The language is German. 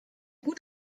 gut